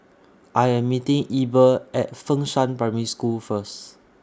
I Am meeting Eber At Fengshan Primary School First